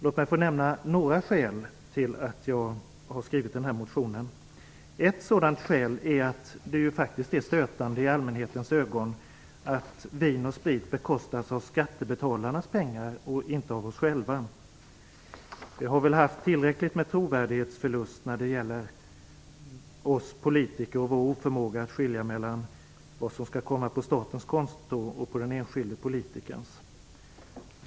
Låt mig få nämna några skäl till att jag har skrivit motionen! Ett skäl är att det faktiskt är stötande i allmänhetens ögon att vin och sprit bekostas av skattebetalarnas pengar och inte av oss själva. Vi politiker har väl lidit tillräcklig trovärdighetsförlust när det gäller vår oförmåga att skilja mellan vad som skall bekostas av statens konto och vad som skall bekostas av den enskilde politikern?